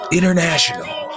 International